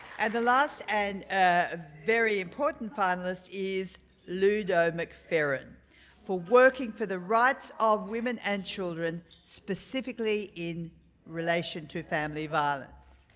and the last and ah very important finalist is ludo mcferran for working for the rights of women and children specifically in relation to family violence.